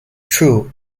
true